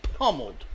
pummeled